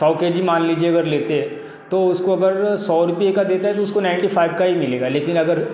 सौ के जी मान लीजिए अगर लेते हैं तो उसको अगर सौ रुपये का देता है तो उसको नाइंटी फाइव का ही मिलेगा लेकिन अगर